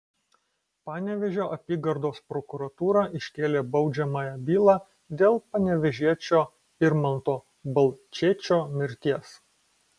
panevėžio apygardos prokuratūra iškėlė baudžiamąją bylą dėl panevėžiečio irmanto balčėčio mirties